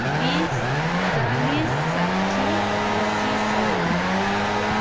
बिस चालिस साठी अस्सी सय